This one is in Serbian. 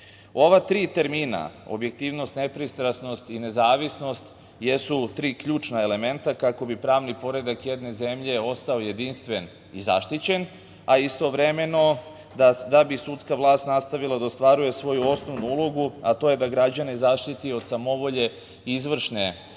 tri termina objektivnost, nepristrasnost i nezavisnost jesu tri ključna elementa kako bi pravni poredak jedne zemlje ostao jedinstven i zaštićen, a istovremeno da bi sudska vlast nastavila da ostvaruje svoju osnovnu ulogu, a to je da građane zaštiti od samovolje izvršne